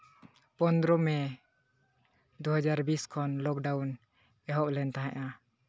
ᱯᱚᱸᱫᱽᱨᱚ ᱢᱮ ᱫᱩ ᱦᱟᱡᱟᱨ ᱵᱤᱥ ᱠᱷᱚᱱ ᱞᱚᱠᱰᱟᱣᱩᱱ ᱮᱦᱚᱵ ᱞᱮᱱ ᱛᱟᱦᱮᱸᱫᱼᱟ